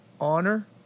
honor